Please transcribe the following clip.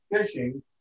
fishing